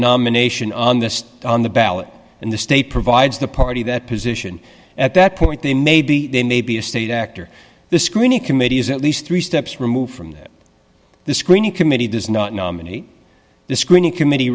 nomination on the on the ballot in the state provides the party that position at that point they may be they may be a state actor the screening committee is at least three steps removed from that the screening committee does not nominate the screening committee